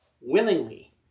willingly